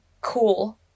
cool